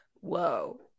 Whoa